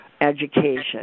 Education